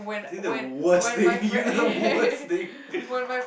is this the worst thing you the worst thing